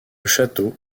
château